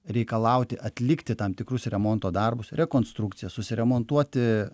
reikalauti atlikti tam tikrus remonto darbus rekonstrukciją susiremontuoti